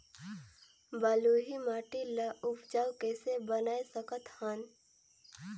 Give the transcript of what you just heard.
बलुही माटी ल उपजाऊ कइसे बनाय सकत हन?